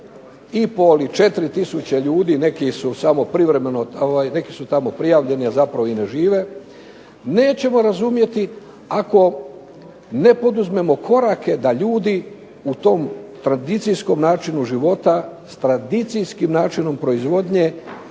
samo privremeno, neki su tamo prijavljeni a zapravo i ne žive, nećemo razumjeti ako ne poduzmemo korake da ljudi u tom tradicijskom načinu života s tradicijskim načinom proizvodnje